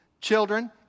children